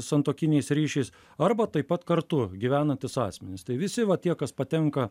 santuokiniais ryšiais arba taip pat kartu gyvenantys asmenys tai visi tie kas patenka